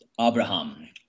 Abraham